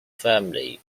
family